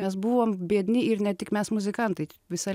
mes buvom biedni ir ne tik mes muzikantai visa